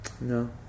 No